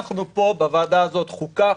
אנחנו פה בוועדת החוקה,